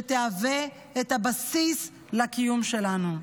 שתהווה את הבסיס לקיום שלנו.